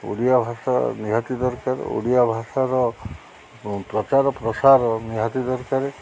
ଓଡ଼ିଆ ଭାଷା ନିହାତି ଦରକାର ଓଡ଼ିଆ ଭାଷାର ପ୍ରଚାର ପ୍ରସାର ନିହାତି ଦରକାର